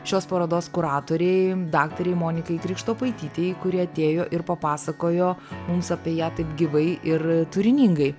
šios parodos kuratorei daktarei monikai krikštopaitytei kuri atėjo ir papasakojo mums apie ją taip gyvai ir turiningai